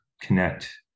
connect